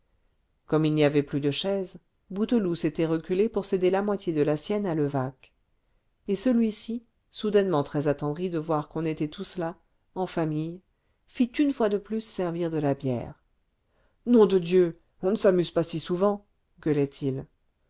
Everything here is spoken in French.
comme il n'y avait plus de chaise bouteloup s'était reculé pour céder la moitié de la sienne à levaque et celui-ci soudainement très attendri de voir qu'on était tous là en famille fit une fois de plus servir de la bière nom de dieu on ne s'amuse pas si souvent